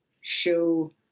show